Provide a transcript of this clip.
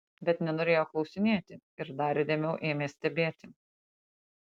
bet nenorėjo klausinėti ir dar įdėmiau ėmė stebėti